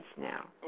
now